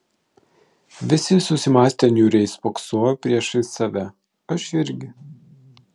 visi susimąstę niūriai spoksojo priešais save aš irgi